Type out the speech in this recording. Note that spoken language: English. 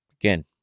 again